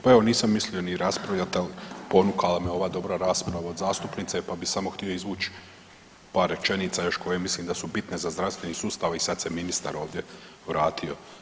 Pa evo nisam mislio ni raspravljat, al ponukala me ova dobra rasprava od zastupnice, pa bih samo htio izvuć par rečenica još koje mislim da su bitne za zdravstveni sustav i sad se ministar ovdje vratio.